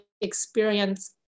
experience